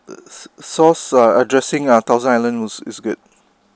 s~ sauce uh dressing uh thousand island also is good